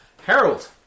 Harold